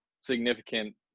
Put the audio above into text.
significant